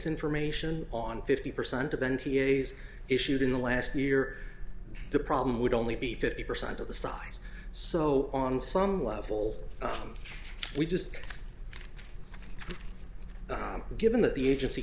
information on fifty percent of n t a's issued in the last year the problem would only be fifty percent of the size so on some level we've just given that the agency